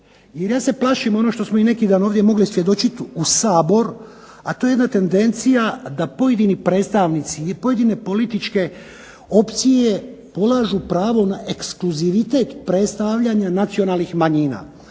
Jer ja se plašim ono što smo i neki dan ovdje mogli svjedočit u Sabor, a to je jedna tendencija da pojedini predstavnici i pojedine političke opcije polažu pravo na ekskluzivitet predstavljanja nacionalnih manjina.